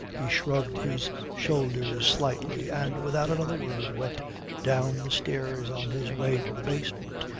he shrugged his shoulders slightly and without another word went down the stairs on his way to the basement,